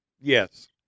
Yes